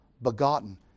begotten